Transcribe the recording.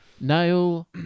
Nail